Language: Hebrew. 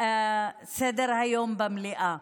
סדר-היום במליאה.